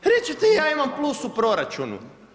Reći ćete ja imam plus u proračunu.